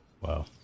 Wow